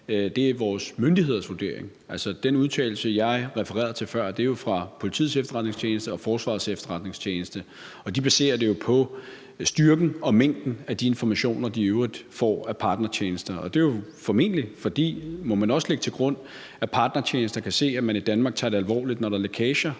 Det er vores myndigheders vurdering. Altså, den udtalelse, jeg refererede til før, er jo fra Politiets Efterretningstjeneste og Forsvarets Efterretningstjeneste, og de baserer det jo på styrken og mængden af de informationer, de i øvrigt får af partnertjenester. Og det er jo formentlig, fordi – det må man også lægge til grund – at partnertjenesterne kan se, at man i Danmark tager det alvorligt, når der er lækager,